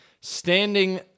standing